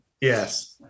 yes